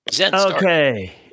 Okay